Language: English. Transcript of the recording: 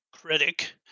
critic